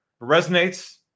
Resonates